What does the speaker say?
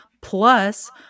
Plus